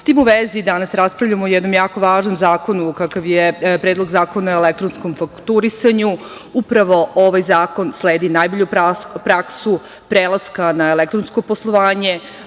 tim u vezi danas raspravljamo o jednom jako važnom zakonu kakav je Predlog zakona o elektronskom fakturisanju, upravo ovaj zakon sledi najbolju praksu prelaska na elektronsko poslovanje